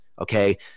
okay